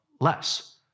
less